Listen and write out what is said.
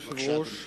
אדוני היושב-ראש,